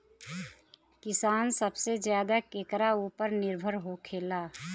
किसान सबसे ज्यादा केकरा ऊपर निर्भर होखेला?